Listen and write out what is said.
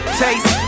taste